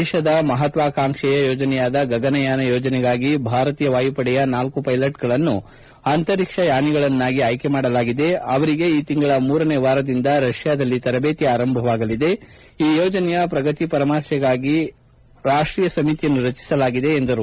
ದೇಶದ ಮಹತ್ವಾಕಾಂಕ್ಷೆಯ ಯೋಜನೆಯಾದ ಗಗನಯಾನ ಯೋಜನೆಗಾಗಿ ಭಾರತೀಯ ವಾಯುಪಡೆಯ ನಾಲ್ಲು ಪೈಲಟ್ ಗಳನ್ನು ಅಂತರಿಕ್ಷ ಯಾನಿಗಳನ್ನಾಗಿ ಆಯ್ಲಿ ಮಾಡಲಾಗಿದೆ ಅವರಿಗೆ ಈ ತಿಂಗಳ ಮೂರನೆಯ ವಾರದಿಂದ ರಷ್ಟಾದಲ್ಲಿ ತರಜೇತಿ ಆರಂಭವಾಗಲದೆ ಈ ಯೋಜನೆಯ ಪ್ರಗತಿ ಪರಾಮರ್ಶೆಗಾಗಿ ರಾಷ್ಷೀಯ ಸಮಿತಿಯನ್ನು ರಚಸಲಾಗಿದೆ ಎಂದರು